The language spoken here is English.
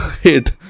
hit